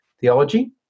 theology